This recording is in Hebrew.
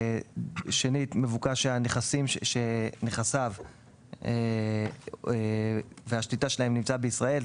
שנית, מבוקש שנכסיו והשליטה שלהם יימצאו בישראל,